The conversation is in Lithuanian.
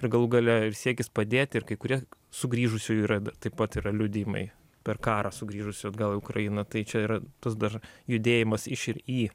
ir galų gale ir siekis padėti ir kai kurie sugrįžusiųjų yra taip pat yra liudijimai per karą sugrįžusių atgal į ukrainą tai čia yra tas dar judėjimas iš ir į